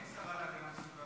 אחמד, אין שרה להגנת הסביבה